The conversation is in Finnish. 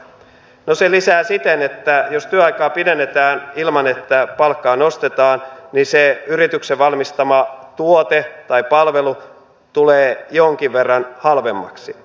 no se lisää siten että jos työaikaa pidennetään ilman että palkkaa nostetaan niin se yrityksen valmistama tuote tai palvelu tulee jonkin verran halvemmaksi